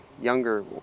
younger